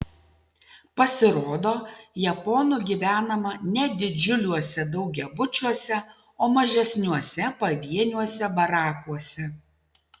pasirodo japonų gyvenama ne didžiuliuose daugiabučiuose o mažesniuose pavieniuose barakuose